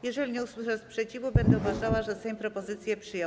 Jeżeli nie usłyszę sprzeciwu, będę uważała, że Sejm propozycję przyjął.